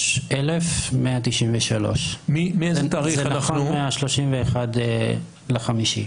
23,193. זה נכון ל-31.5.